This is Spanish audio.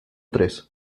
tres